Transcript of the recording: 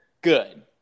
good